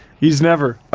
he's never.